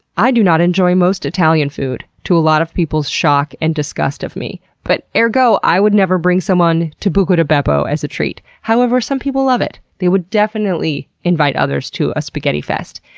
i do not enjoy most italian food, to a lot of people's shock and disgust of me. but ergo, i would never bring someone to buca di beppo as a treat. however, some people love it. they would definitely invite others to a spaghetti-fest.